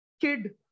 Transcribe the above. kid